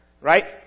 right